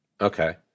Okay